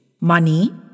Money